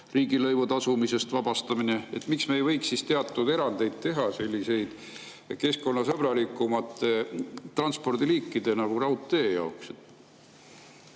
riigilõivu tasumisest vabastamine. Miks me ei võiks teatud erandeid teha selliste keskkonnasõbralikumate transpordiliikide nagu raudtee jaoks?